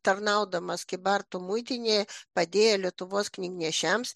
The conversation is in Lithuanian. tarnaudamas kybartų muitinėje padėjo lietuvos knygnešiams